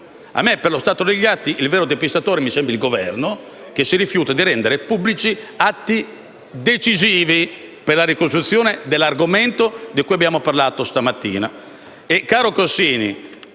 Allo stato degli atti il vero depistatore mi sembra il Governo, che si rifiuta di rendere pubblici atti decisivi per la ricostruzione dell'argomento di cui abbiamo parlato stamattina.